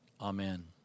Amen